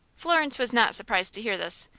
florence was not surprised to hear this,